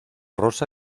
rosa